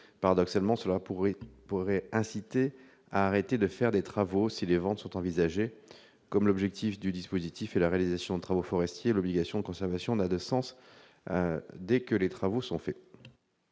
Paradoxalement, cela pourrait nuire à la réalisation de travaux si des ventes sont envisagées. Comme l'objectif du dispositif est la réalisation de travaux forestiers, l'obligation de conservation n'a pas de sens dès lors que les travaux sont effectués.